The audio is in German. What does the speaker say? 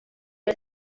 der